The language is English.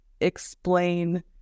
explain